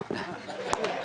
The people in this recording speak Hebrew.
סבא.